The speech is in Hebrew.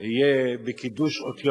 ויהיה באותיות